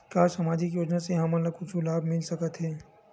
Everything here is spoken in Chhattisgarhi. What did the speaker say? का सामाजिक योजना से हमन ला कुछु लाभ मिल सकत हे?